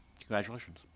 Congratulations